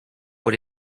what